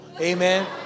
Amen